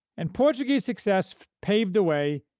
and portuguese success paved the way,